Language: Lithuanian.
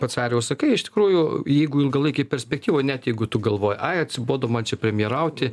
pats arijau sakai iš tikrųjų jeigu ilgalaikėj perspektyvoj net jeigu tu galvoji ai atsibodo man čia premjerauti